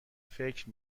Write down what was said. فکر